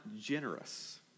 generous